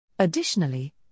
Additionally